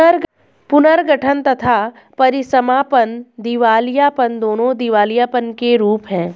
पुनर्गठन तथा परीसमापन दिवालियापन, दोनों दिवालियापन के रूप हैं